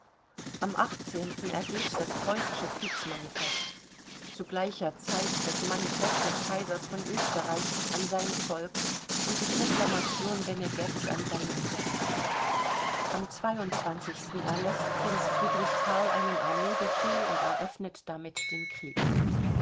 am ergeht das preußische kriegsmanifest zu gleicher zeit das manifest des kaisers von österreich an sein volk und die proklamation benedeks an seine truppen am erläßt prinz friedrich karl einen armeebefehl und eröffnet damit den krieg